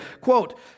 quote